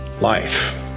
life